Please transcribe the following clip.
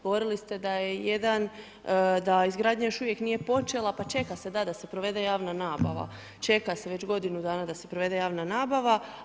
Govorili ste da je jedan, da izgradnja još uvijek nije počela, pa čeka se, da da se provede javna nabava, čeka se već godinu dana da se provede javna nabava.